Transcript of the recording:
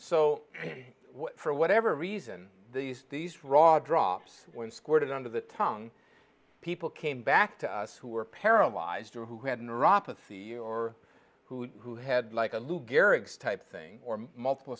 so for whatever reason these these fraud drops when squirted under the tongue people came back to us who were paralyzed or who had neuropathy or who who had like a lou gehrig's type thing or multiple